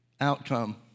outcome